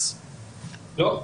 נובע משילוב שגם ילדים לא מחוסנים,